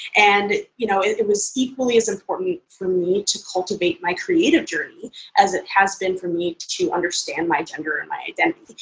and you know it it was equally as important for me to cultivate my creative journey as it has been for me to understand my gender and my identity.